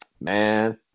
man